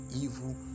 evil